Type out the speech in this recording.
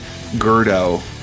Gerdo